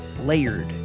layered